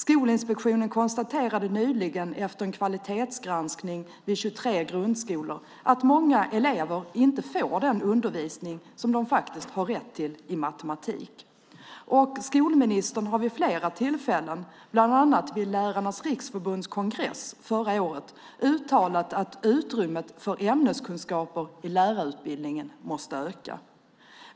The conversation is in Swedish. Skolinspektionen konstaterade nyligen, efter en kvalitetsgranskning vid 23 grundskolor, att många elever inte får den undervisning som de faktiskt har rätt till i matematik. Och skolministern har vid flera tillfällen, bland annat vid Lärarnas Riksförbunds kongress förra året, uttalat att utrymmet för ämneskunskaper i lärarutbildningen måste öka.